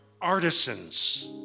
artisans